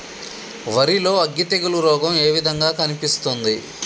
వరి లో అగ్గి తెగులు రోగం ఏ విధంగా కనిపిస్తుంది?